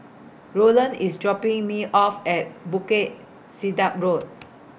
Roland IS dropping Me off At Bukit Sedap Road